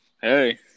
Hey